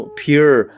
pure